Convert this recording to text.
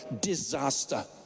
disaster